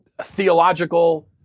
theological